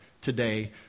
today